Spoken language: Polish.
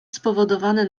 spowodowane